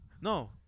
No